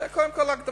זו קודם כול הקדמה,